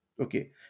okay